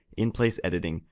in-place editing,